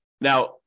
Now